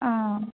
ಹಾಂ